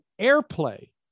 airplay